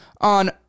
on